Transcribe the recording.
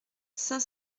cinq